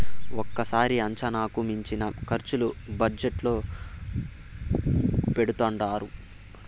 ఒక్కోసారి అంచనాలకు మించిన ఖర్చులు బడ్జెట్ లో పెడుతుంటారు